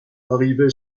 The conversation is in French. arrivé